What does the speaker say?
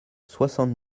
soixante